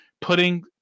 putting